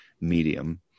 medium